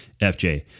FJ